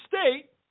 state